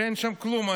שאין שם כלום.